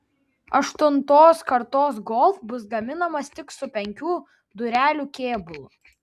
aštuntos kartos golf bus gaminamas tik su penkių durelių kėbulu